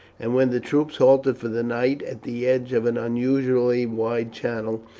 and when the troops halted for the night at the edge of an unusually wide channel,